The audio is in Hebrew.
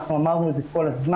אנחנו אמרנו את זה כל הזמן.